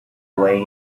way